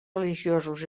religiosos